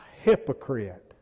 hypocrite